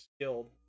skilled